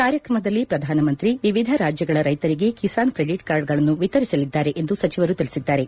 ಕಾರ್ಯಕ್ರಮದಲ್ಲಿ ಪ್ರಧಾನಮಂತ್ರಿ ವಿವಿಧ ರಾಜ್ಲಗಳ ರೈತರಿಗೆ ಕಿಸಾನ್ ಕ್ರೆಡಿಟ್ ಕಾರ್ಡ್ಗಳನ್ನು ವಿತರಿಸಲಿದ್ದಾರೆ ಎಂದು ಸಚಿವರು ತಿಳಿಸಿದ್ದಾರೆ